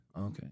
Okay